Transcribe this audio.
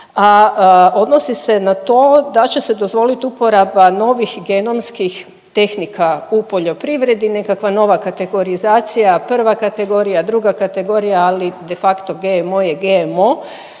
a odnosi se na to da će se dozvoliti uporaba novih genonskih tehnika u poljoprivredi nekakva nova kategorizacija, prva kategorija, druga kategorija ali de facto GMO je GMO.